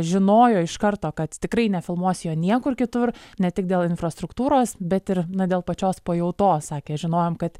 žinojo iš karto kad tikrai nefilmuos jo niekur kitur ne tik dėl infrastruktūros bet ir dėl pačios pajautos sakė žinojom kad